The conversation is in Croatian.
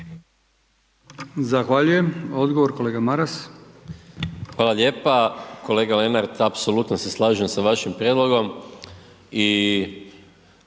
Zahvaljujem. Odgovor kolega Maras. **Maras, Gordan (SDP)** Hvala lijepa. Kolega Lenart, apsolutno se slažem sa vašim prijedlogom